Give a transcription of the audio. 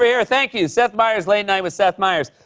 here. thank you. seth meyers, late night with seth meyers.